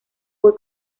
voy